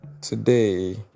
today